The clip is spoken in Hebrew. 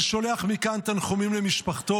אני שולח מכאן תנחומים למשפחתו.